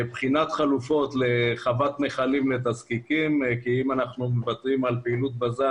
בחינת חלופות לחוות מכלים לתזקיקים כי אם אנחנו מוותרים על פעילות בז"ן,